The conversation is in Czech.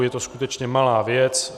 Je to skutečně malá věc.